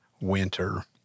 winter